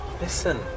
Listen